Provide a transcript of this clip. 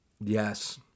Yes